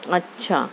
اچھا